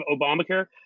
Obamacare